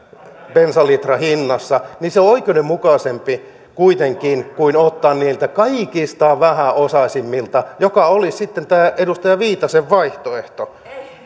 bensalitran hinnassa niin että se on oikeudenmukaisempi kuitenkin kuin ottaa niiltä kaikista vähäosaisimmilta mikä olisi tämä edustaja viitasen vaihtoehto